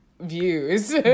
views